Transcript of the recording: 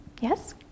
Yes